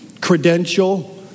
credential